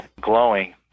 glowing